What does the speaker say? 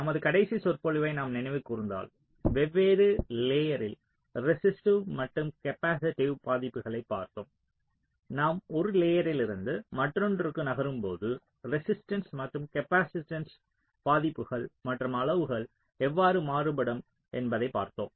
நமது கடைசி சொற்பொழிவை நாம் நினைவுகூர்ந்தால் வெவ்வேறு லேயர்ரில் ரெசிஸ்டிவ் மற்றும் காப்பாசிட்டிவ் பாதிப்புகளைப் பார்த்தோம் நாம் ஒரு லேயர்ரில்லிருந்து மற்றொன்றுக்கு நகரும்போது ரெசிஸ்ட்டன்ஸ் மற்றும் காப்பாசிட்டன்ஸ் மதிப்புகள் மற்றும் அளவுகள் எவ்வாறு மாறுபடும் என்பதை பார்த்தோம்